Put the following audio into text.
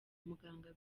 muganga